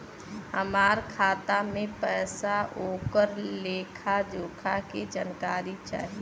हमार खाता में पैसा ओकर लेखा जोखा के जानकारी चाही?